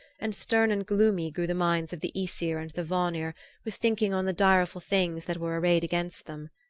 and stern and gloomy grew the minds of the aesir and the vanir with thinking on the direful things that were arrayed against them.